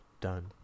done